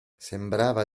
sembrava